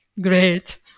Great